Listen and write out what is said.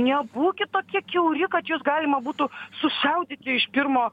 nebūkit tokie kiauri kad jus galima būtų sušaudyti iš pirmo